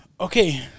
Okay